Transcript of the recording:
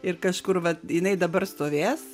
ir kažkur vat jinai dabar stovės